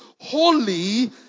holy